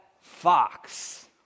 fox